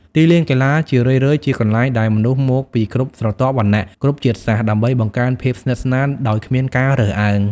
ទីលានកីឡាជារឿយៗជាកន្លែងដែលមនុស្សមកពីគ្រប់ស្រទាប់វណ្ណៈ គ្រប់ជាតិសាសន៍ ដើម្បីបង្កើនភាពសិទ្ធស្នាល ដោយគ្មានការរើសអើង។